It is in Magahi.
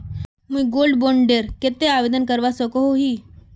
मुई गोल्ड बॉन्ड डेर केते आवेदन करवा सकोहो ही?